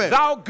Thou